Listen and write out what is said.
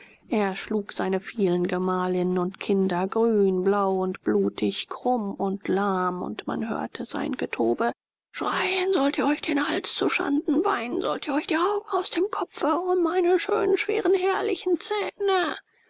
er schlug seine vielen gemahlinnen und kinder grün blau und blutig krumm und lahm und man hörte sein getobe schreien sollt ihr euch den hals zu schanden weinen sollt ihr euch die augen aus dem kopfe um meine schönen schweren herrlichen zähne